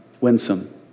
winsome